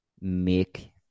make